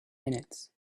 minutes